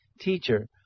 Teacher